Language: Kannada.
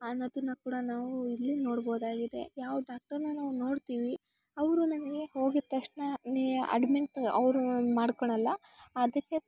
ಅನ್ನೋದನ್ನ ಕೂಡ ನಾವು ಇಲ್ಲಿ ನೋಡ್ಬೋದಾಗಿದೆ ಯಾವ ಡಾಕ್ಟರನ್ನ ನಾವು ನೋಡ್ತೀವಿ ಅವರು ನಮಗೆ ಹೋಗಿದ್ದ ತಕ್ಷಣ ನೀ ಅಡ್ಮಿಂಟ್ ಅವರು ಮಾಡ್ಕೊಳಲ್ಲ ಅದಕ್ಕೆ